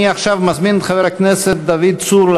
התשע"ד 2014,